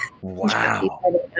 Wow